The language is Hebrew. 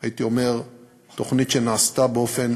תוכנית שנעשתה באופן